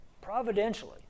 providentially